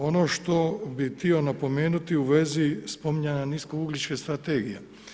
Ono što bih htio napomenuti u vezi spominjanja niskougljične strategije.